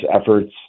efforts